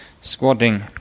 squatting